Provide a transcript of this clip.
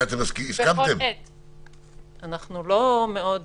ואנחנו רואים